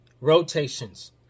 Rotations